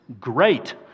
great